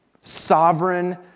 Sovereign